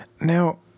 Now